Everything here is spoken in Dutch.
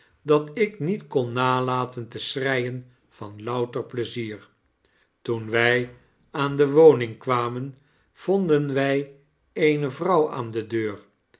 dat ik niet kon nalaten te schreiea van louter plezier toen wq aan de woning kwamen vonden wq eeae vrouw aan de deur